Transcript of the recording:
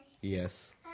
Yes